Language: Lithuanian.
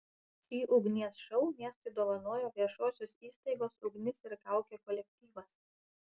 šį ugnies šou miestui dovanojo viešosios įstaigos ugnis ir kaukė kolektyvas